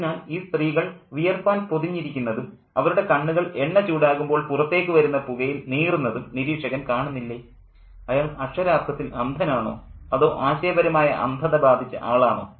അതിനാൽ ഈ സ്ത്രീകൾ വിയർപ്പാൽ പൊതിഞ്ഞിരിക്കുന്നതും അവരുടെ കണ്ണുകൾ എണ്ണ ചൂടാകുമ്പോൾ പുറത്തേക്കു വരുന്ന പുകയിൽ നീറുന്നതും നിരീക്ഷകൻ കാണുന്നില്ലേ അയാൾ അക്ഷരാർത്ഥത്തിൽ അന്ധനാണോ അതോ ആശയപരമായ അന്ധത ബാധിച്ച ആളാണോ